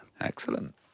Excellent